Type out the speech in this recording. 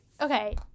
Okay